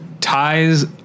ties